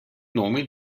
nomi